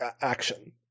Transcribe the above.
action